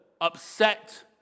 upset